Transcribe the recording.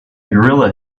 gorilla